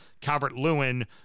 Calvert-Lewin